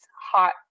hot